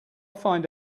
find